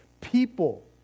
People